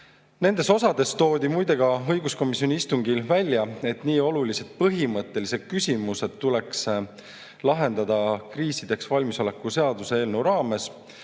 kasutamise õiguse. Ka õiguskomisjoni istungil toodi välja, et nii olulised põhimõttelised küsimused tuleks lahendada kriisideks valmisoleku seaduse eelnõu raames,